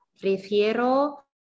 prefiero